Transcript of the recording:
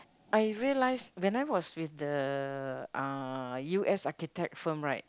I realize when I was with the uh U_S architect firm right